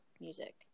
music